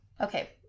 Okay